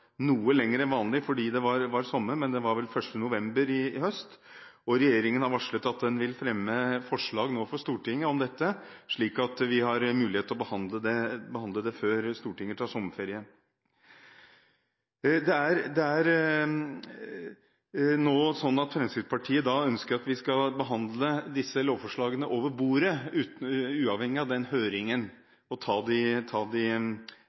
høst. Regjeringen har varslet at den nå vil fremme forslag for Stortinget om dette, slik at vi har mulighet til å behandle det før Stortinget tar sommerferie. Nå ønsker Fremskrittspartiet at vi skal behandle disse lovforslagene over bordet, direkte her i salen, uavhengig av høringen, lovforarbeidet og det arbeidet som departementet nå gjør, og som en samlet 22. juli-komité på Stortinget har bestilt. Fremskrittspartiet ønsker å hoppe over den